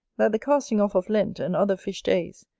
that the casting off of lent, and other fish days,